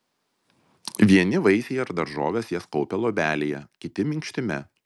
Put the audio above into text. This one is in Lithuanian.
vieni vaisiai ar daržovės jas kaupia luobelėje kiti minkštime